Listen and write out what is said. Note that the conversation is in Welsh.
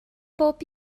bob